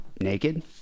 naked